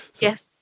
Yes